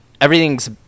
everything's